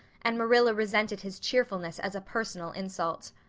and marilla resented his cheerfulness as a personal insult.